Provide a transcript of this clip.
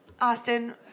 Austin